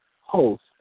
host